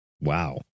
wow